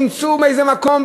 ימצאו באיזה מקום,